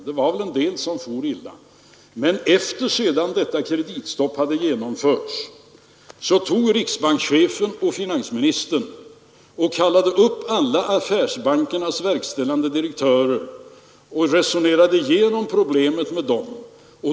Det var väl en del som for illa, men sedan detta kreditstopp hade genomförts kallade riksbankschefen och finansministern upp alla affärsbankernas verkställande direktörer och resonerade igenom problemet med dem.